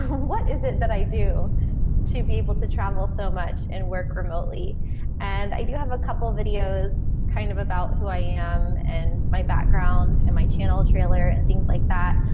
what is it that i do to be able to travel so much and work remotely and i do have a couple videos kind of about who i am and my background and my channel trailer and things like that.